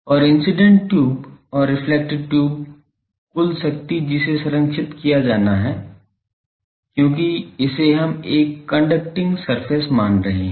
और incident tube और reflected tube कुल शक्ति जिसे संरक्षित किया जाना चाहिए क्योंकि इसे हम एक कंडक्टिंग सरफेस मान रहे हैं